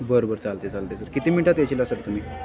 बरं बरं चालतं आहे चालतं आहे सर किती मिनटात येशील सर तुम्ही